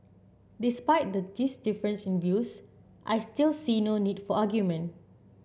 despite this difference in views I still see no need for argument